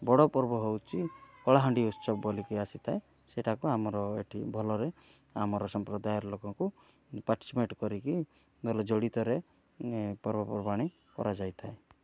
ବଡ଼ ପର୍ବ ହେଉଛି କଳାହାଣ୍ଡି ଉତ୍ସବ ବୋଲି କି ଆସିଥାଏ ସେଟାକୁ ଆମର ଏଠି ଭଲରେ ଆମର ସମ୍ପ୍ରଦାୟର ଲୋକଙ୍କୁ ପାଟିସିପେଟ୍ କରିକି ନହେଲେ ଜଡ଼ିତରେ ପର୍ବପର୍ବାଣୀ କରାଯାଇଥାଏ